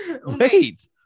Wait